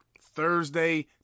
Thursday